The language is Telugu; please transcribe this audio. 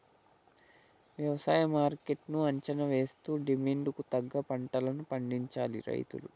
వ్యవసాయ మార్కెట్ ను అంచనా వేస్తూ డిమాండ్ కు తగ్గ పంటలను పండించాలి రైతులు